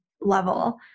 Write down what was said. level